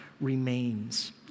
remains